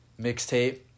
mixtape